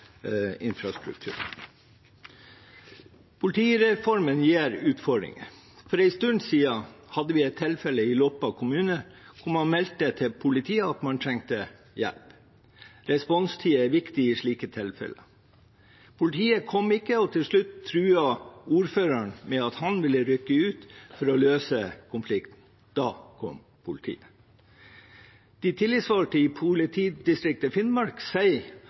infrastruktur. Politireformen gir utfordringer. For en stund siden hadde vi et tilfelle i Loppa kommune, hvor man meldte til politiet at man trengte hjelp. Responstiden er viktig i slike tilfeller. Politiet kom ikke, og til slutt truet ordføreren med at han ville rykke ut for å løse konflikten. Da kom politiet. De tillitsvalgte i Finnmark politidistrikt sier